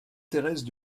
thérèse